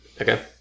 Okay